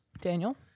Daniel